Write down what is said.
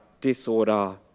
disorder